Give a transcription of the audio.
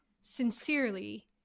Sincerely